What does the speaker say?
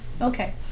Okay